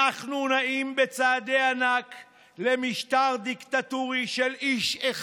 אנחנו נעים בצעדי ענק למשטר דיקטטורי של איש,